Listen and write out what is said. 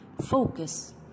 Focus